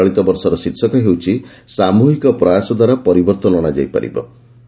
ଚଳିତ ବର୍ଷର ଶୀର୍ଷକ ହେଉଛି 'ସାମୁହିକ ପ୍ରୟାସ ଦ୍ୱାରା ପରିବର୍ତ୍ତନ ଅଣାଯାଇପାରିବ'